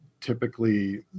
typically